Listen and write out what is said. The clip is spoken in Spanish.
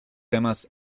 temas